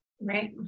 Right